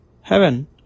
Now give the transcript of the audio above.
Heaven